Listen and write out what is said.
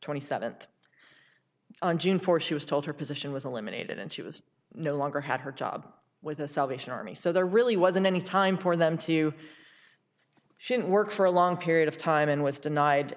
twenty seventh on june fourth she was told her position was eliminated and she was no longer had her job with the salvation army so there really wasn't any time for them to you she didn't work for a long period of time and was denied